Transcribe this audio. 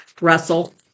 Russell